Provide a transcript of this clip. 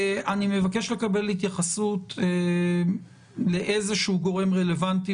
אני מבקש לקבל התייחסות לאיזשהו גורם רלוונטי,